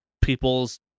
people's